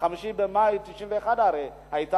ב-25 במאי 1991 היתה